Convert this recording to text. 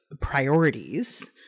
priorities